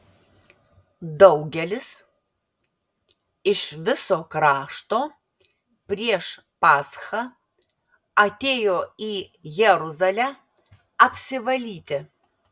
daugelis iš viso krašto prieš paschą atėjo į jeruzalę apsivalyti